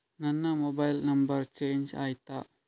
ನನ್ನ mobile number change ಆಯ್ತಾ?